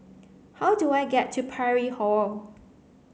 how do I get to Parry Hall